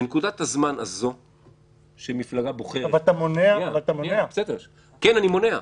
בנקודת הזמן הזאת שמפלגה בוחרת --- אבל אתה מונע --- כן אני מונע.